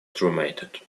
cremated